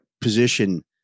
position